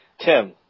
Tim